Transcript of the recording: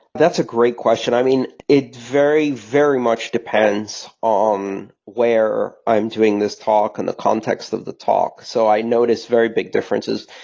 that's a great question. i mean, it very, very much depends on where i'm doing this talk and the context of the talk. so i noticed very big differences.